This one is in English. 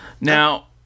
Now